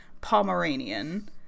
Pomeranian